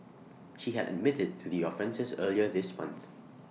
she had admitted to the offences earlier this month